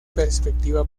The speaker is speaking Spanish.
perspectiva